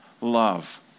Love